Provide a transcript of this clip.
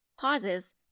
pauses